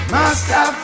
Master